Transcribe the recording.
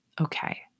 okay